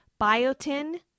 biotin